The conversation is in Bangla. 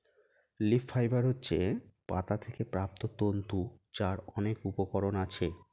লিফ ফাইবার হচ্ছে পাতা থেকে প্রাপ্ত তন্তু যার অনেক উপকরণ আছে